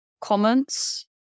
comments